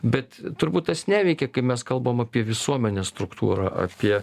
bet turbūt tas neveikia kai mes kalbam apie visuomenės struktūrą apie